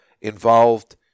involved